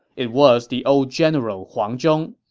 it was the old general huang zhong.